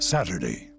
Saturday